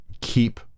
keep